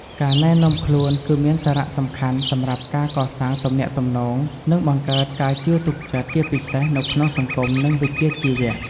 ការណែនាំខ្លួនគឺមានសារៈសំខាន់សម្រាប់ការកសាងទំនាក់ទំនង និងបង្កើតការជឿទុកចិត្ត ជាពិសេសនៅក្នុងសង្គម និងវិជ្ជាជីវៈ។